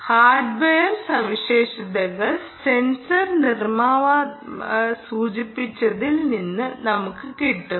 hardware സവിശേഷതകൾ sensor നിർമ്മാതാവ് സൂചിപ്പിച്ചതിൽ നിന്ന് നമുക്ക് കിട്ടും